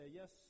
yes